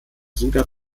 bruder